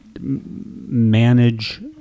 manage